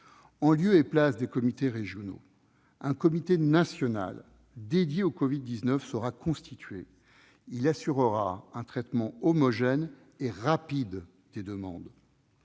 En lieu et place des comités régionaux, un comité national dédié au Covid-19 sera constitué ; il assurera un traitement homogène et rapide des demandes.